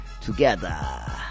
together